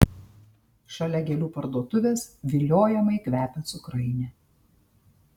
šalia gėlių parduotuvės viliojamai kvepia cukrainė